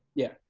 yeah.